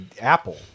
apple